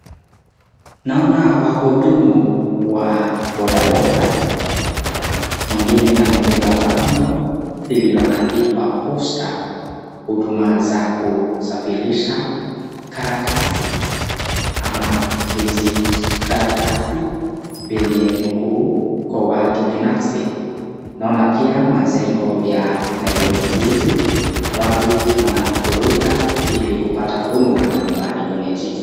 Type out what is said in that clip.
Naona wahudumu wa boda boda mwingine amebeba bango lilioandikwa Posta huduma za kusafirisha karatasi ama vijikatarasi vyenye nukuu kwa watu binafsi. Naona pia majengo ya Nairobi jiji watu wanafurika ili kupata huduma mbalimbali kwenye jiji.